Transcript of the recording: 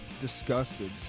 disgusted